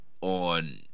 on